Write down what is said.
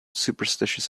superstitious